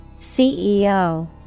CEO